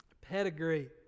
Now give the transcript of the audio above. pedigree